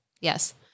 Yes